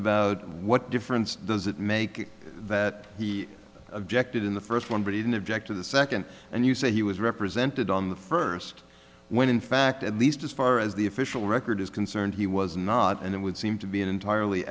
about what difference does it make that he objected in the first one but he didn't object to the second and you say he was represented on the first when in fact at least as far as the official record is concerned he was not and it would seem to be an entirely